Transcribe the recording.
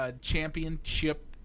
championship